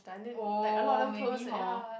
oh maybe hor